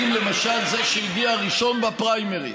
האם למשל זה שהגיע ראשון בפריימריז?